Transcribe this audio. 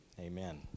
Amen